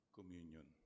Communion